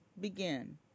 begin